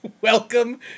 Welcome